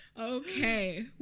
Okay